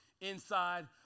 inside